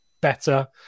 better